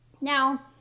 Now